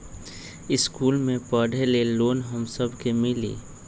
इश्कुल मे पढे ले लोन हम सब के मिली?